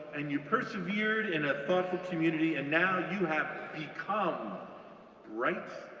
and you persevered in a thoughtful community, and now you have become bright,